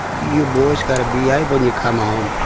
you boys got to behave when you come home.